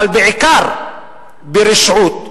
אבל בעיקר ברשעות,